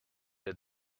the